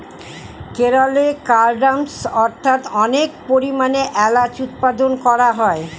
কেরলে কার্ডমমস্ অর্থাৎ অনেক পরিমাণে এলাচ উৎপাদন করা হয়